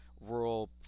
rural